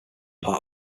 part